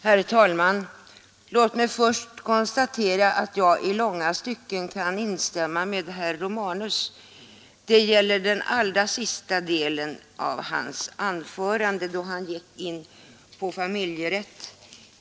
Herr talman! Låt mig först konstatera att jag i långa stycken kan instämma med herr Romanus i den sista delen av hans anförande, då han gick in på familjerätt.